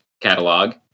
catalog